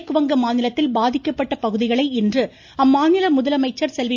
மேற்கு வங்க மாநிலத்தில் பாதிக்கப்பட்ட பகுதிகளை இன்று அம்மாநில முதலமைச்சர் செல்வி